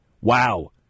Wow